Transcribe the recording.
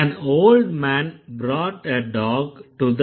an old man brought a dog to the wedding